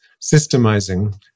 systemizing